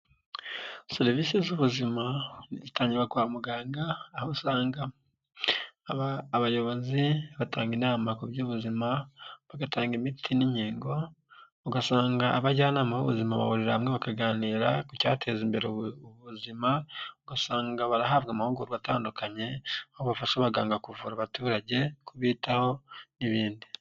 Serivisi z'ubuzima zitangirwa kwa muganga, aho usanga abayobozi batanga inama mu by'ubuzima, bagatanga imiti n'inkingo, ugasanga abajyanama b'ubuzima bahurira hamwe bakaganira ku cyateza imbere ubuzima, ugasanga barahabwa amahugurwa atandukanye, aho bafasha abaganga kuvura abaturage, kubitaho n'ibindi.